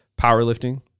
powerlifting